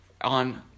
on